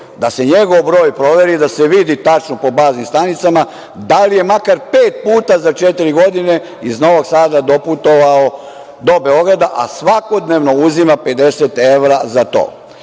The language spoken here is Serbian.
da se njegov broj proveri, da se vidi tačno po baznim stanicama da li je makar pet puta za četiri godine iz Novog Sada doputovao do Beograda, a svakodnevno uzima 50 evra za